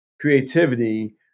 creativity